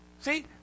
See